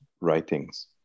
writings